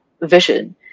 vision